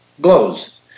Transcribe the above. glows